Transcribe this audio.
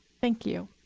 thank you